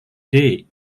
day